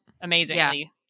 Amazingly